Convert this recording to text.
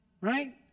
right